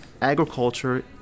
agriculture